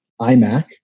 iMac